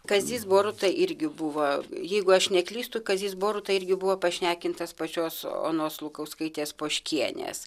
kazys boruta irgi buvo jeigu aš neklystu kazys boruta irgi buvo pašnekintas pačios onos lukauskaitės poškienės